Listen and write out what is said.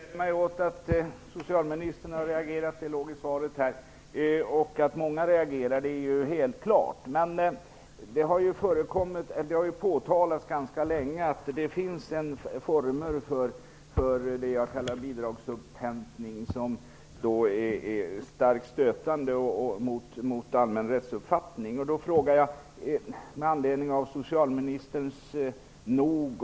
Herr talman! Jag gläder mig åt att socialministern har reagerat. Det låg i svaret. Det är helt klart att många reagerar. Men det har påtalats ganska länge att det finns former för det jag kallar bidragsupphämtning som är starkt stötande och som strider mot allmän rättsuppfattning. "förmodligen" vill jag fråga: Vad görs nu, alldeles nu?